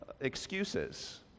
excuses